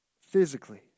physically